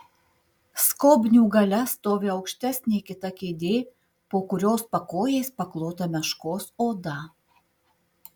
skobnių gale stovi aukštesnė kita kėdė po kurios pakojais paklota meškos oda